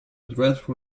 dreadful